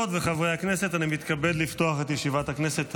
אני מתכבד לפתוח את ישיבת הכנסת.